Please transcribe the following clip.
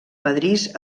pedrís